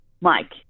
Mike